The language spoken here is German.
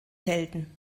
helden